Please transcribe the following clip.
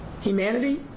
humanity